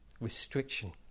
restriction